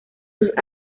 sus